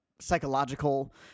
psychological